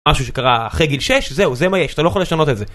משהו שקרה אחרי גיל 6, זהו, זה מה יש, אתה לא יכול לשנות את זה.